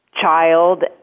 child